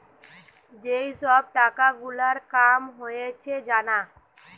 যেই সব টাকা গুলার কাম হয়েছে জানা